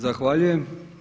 Zahvaljujem.